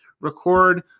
record